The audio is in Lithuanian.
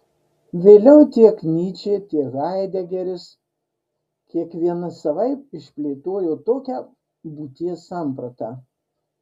vėliau tiek nyčė tiek haidegeris kiekvienas savaip išplėtojo tokią būties sampratą